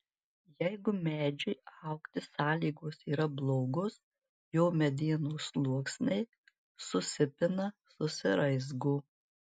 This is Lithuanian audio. jeigu medžiui augti sąlygos yra blogos jo medienos sluoksniai susipina susiraizgo